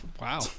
Wow